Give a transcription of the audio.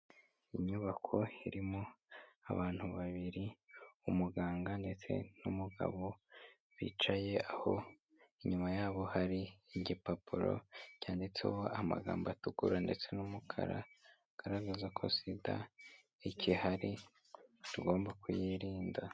Inyubako irimo abantu babiri umuganga ndetse n'umugabo bicaye, aho inyuma yabo hari igipapuro cyanditseho amagambo atukura ndetse n'umukara agaragaza ko sida igihari tugomba kuyirinda.